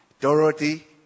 Dorothy